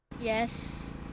Yes